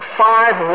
five